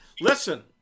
Listen